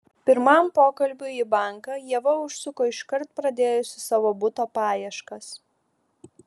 pirmam pokalbiui į banką ieva užsuko iškart pradėjusi savo buto paieškas